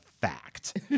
fact